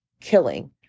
killing